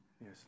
Yes